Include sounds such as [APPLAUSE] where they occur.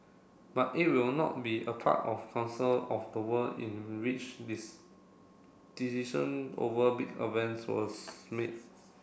but it will not be a part of council of the world in which [UNINTELLIGIBLE] decision over big events are [UNINTELLIGIBLE] made